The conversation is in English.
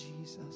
Jesus